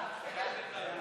להעביר את הצעת חוק